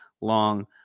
long